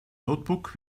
notebook